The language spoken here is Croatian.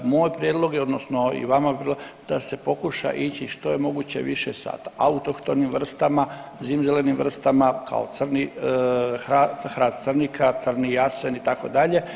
Moj prijedlog je, odnosno i vama bi bilo da se pokuša ići što je moguće više sa autohtonim vrstama, zimzelenim vrstama kao hrast crnika, crni jasen itd.